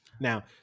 Now